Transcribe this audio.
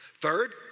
Third